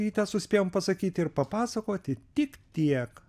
ryte suspėjome pasakyti ir papasakoti tik tiek